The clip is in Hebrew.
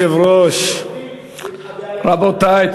רבותי,